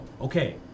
Okay